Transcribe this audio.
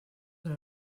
però